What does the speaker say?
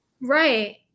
Right